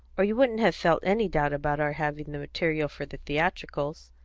or you wouldn't have felt any doubt about our having the material for the theatricals.